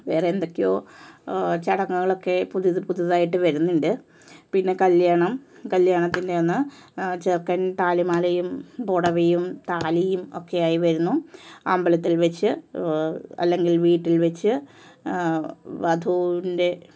വേറെ എന്തൊക്കൊയോ ചടങ്ങുകളൊക്കെ പുതിയത് പുതിയതായിട്ട് വരുന്നുണ്ട് പിന്നെ കല്യാണം കല്യാണത്തിൻ്റെ അന്ന് ചെക്കൻ താലിമാലയും പുടവയും താലിയും ഒക്കെയായി വരുന്നു അമ്പലത്തിൽ വച്ച് അല്ലെങ്കിൽ വീട്ടിൽ വച്ച് വധുവിൻ്റെ